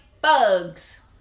bugs